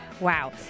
Wow